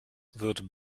wird